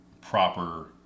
proper